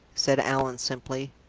said allan, simply,